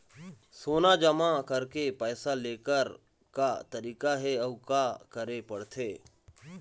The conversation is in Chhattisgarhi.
सोना जमा करके पैसा लेकर का तरीका हे अउ का करे पड़थे?